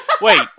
wait